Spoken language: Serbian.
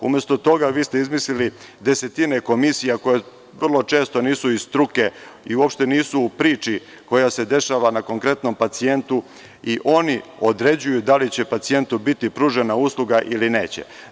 Umesto toga vi ste izmislili desetine komisija koje vrlo često nisu iz struke i uopšte nisu u priči koja se dešava na konkretnom pacijentu i oni određuju da li će pacijentu biti pružena usluga ili neće.